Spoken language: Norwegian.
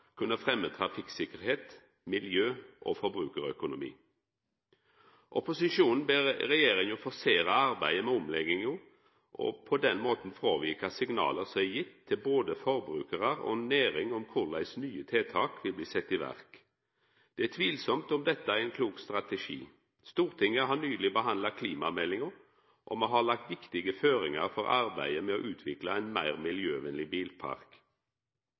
kunne fremme trafikksikkerhet, miljø og forbrukerøkonomi.» Opposisjonen ber regjeringa forsera arbeidet med omlegginga og på den måten fråvika signala som er gitt til både forbrukarar og næring om korleis nye tiltak vil bli sette i verk. Det er tvilsamt om dette er ein klok strategi. Stortinget har nyleg behandla klimameldinga, og me har lagt viktige føringar for arbeidet med å utvikla ein meir miljøvennleg bilpark.